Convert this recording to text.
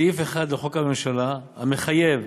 סעיף 1 לחוק הממשלה, המחייב